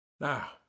Now